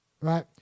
Right